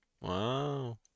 Wow